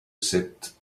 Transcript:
sept